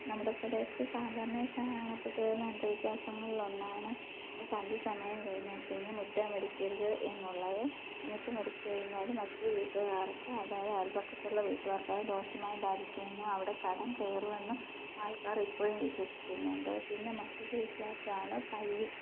നമ്മുടെ പ്രദേശത്ത് സാധാരണയായി കാണപ്പെട്ടു വരുന്ന അന്ധവിശ്വാസങ്ങളിൽ ഒന്നാണ് സന്ധ്യ സമയം കഴിഞ്ഞാൽ പിന്നെ മുറ്റം അടിക്കരുത് എന്നുള്ളത് മുറ്റം അടിച്ച് കഴിഞ്ഞാൽ മറ്റു വീട്ടുകാർക്ക് അതായത് അയൽവക്കത്തുള്ള വീട്ടുകാർക്ക് അത് ദോഷമായി ബാധിക്കും എന്നും അവിടെ കടം കയറും എന്നും ആൾക്കാർ ഇപ്പോഴും വിശ്വസിക്കുന്നുണ്ട് പിന്നെ മറ്റൊരു വിശ്വാസമാണ് പല്ലി